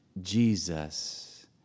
Jesus